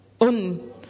un